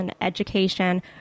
education